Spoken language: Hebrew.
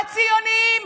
הציוניים,